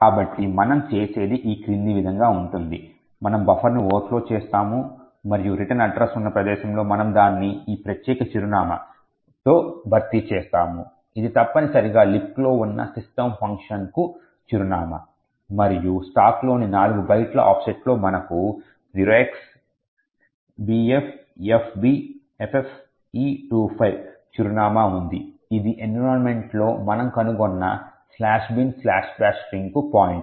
కాబట్టి మనం చేసేది ఈ క్రింది విధంగా ఉంటుంది మనము బఫర్ను ఓవర్ఫ్లో చేస్తాము మరియు రిటర్న్ అడ్రస్ ఉన్న ప్రదేశంలో మనము దానిని ఈ ప్రత్యేక చిరునామా 0x28085260 తో భర్తీ చేస్తాము ఇది తప్పనిసరిగా లిబ్క్లో ఉన్న సిస్టమ్ ఫంక్షన్కు చిరునామా మరియు స్టాక్లోని 4 బైట్ల ఆఫ్సెట్లో మనకు 0xbffbffe25 చిరునామా ఉంది ఇది ఎన్విరాన్మెంట్లో మనం కనుగొన్న "binbash" స్ట్రింగ్కు పాయింటర్